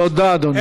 תודה, אדוני.